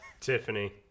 Tiffany